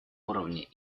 уровне